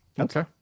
Okay